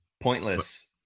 pointless